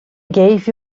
gave